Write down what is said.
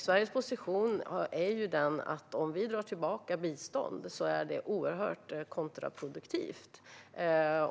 Sveriges position är den att om vi drar tillbaka bistånd är det oerhört kontraproduktivt.